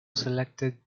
selected